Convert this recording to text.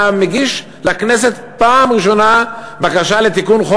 אתה מגיש לכנסת פעם ראשונה בקשה לתיקון חוק